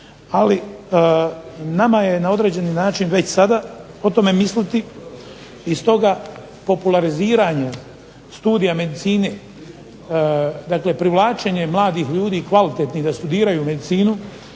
ali nama je na određeni način već sada o tome misliti, i stoga populariziranje studija medicine, dakle privlačenje mladih ljudi i kvalitetnih da studiraju medicinu,